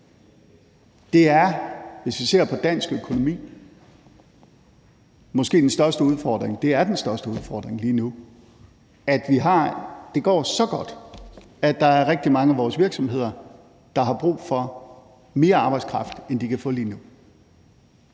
Det er, hvis vi ser på dansk økonomi, måske den største udfordring – det er den største udfordring lige nu – at det går så godt, at der er rigtig mange af vores virksomheder, der har brug for mere arbejdskraft, end de kan få lige nu.